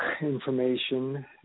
information